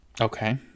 Okay